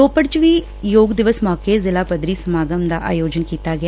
ਰੋਪੜ ਚ ਵੀ ਯੋਗ ਦਿਵਸ ਮੌਕੇ ਜ਼ਿਲ੍ਹਾ ਪੱਧਰੀ ਸਮਾਗਮ ਦਾ ਆਯੋਜਨ ਕੀਤਾ ਗਿਆ